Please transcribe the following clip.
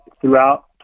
throughout